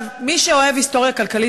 מי שאוהב היסטוריה כלכלית,